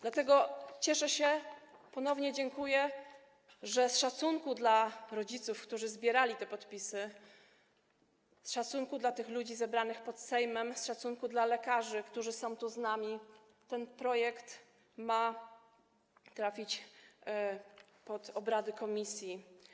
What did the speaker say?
Dlatego cieszę się, ponownie dziękuję, że z szacunku dla rodziców, którzy zbierali te podpisy, z szacunku dla tych ludzi zebranych pod Sejmem, z szacunku dla lekarzy, którzy są tu z nami, ten projekt ma trafić pod obrady komisji.